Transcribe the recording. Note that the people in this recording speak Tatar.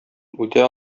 үтә